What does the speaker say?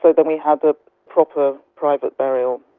but but we had a proper, private burial.